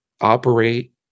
operate